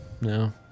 No